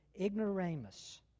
ignoramus